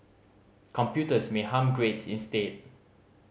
computers may harm grades instead